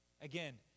Again